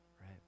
Right